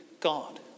God